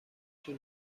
طول